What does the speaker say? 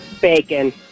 Bacon